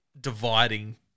dividing